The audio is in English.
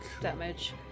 damage